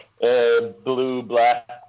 blue-black